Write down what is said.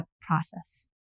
process